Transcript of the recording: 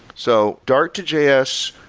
so dart to js,